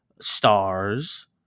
stars